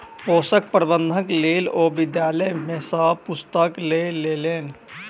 पोषक प्रबंधनक लेल ओ विद्यालय सॅ पुस्तक लय लेलैन